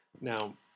Now